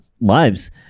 lives